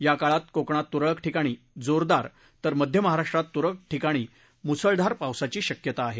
या काळात कोकणात तुरळक ठिकाणी जोरदार तर मध्य महाराष्ट्रात त्रळक ठिकाणी म्सळधार पावसाची शक्यता आहे